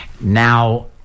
now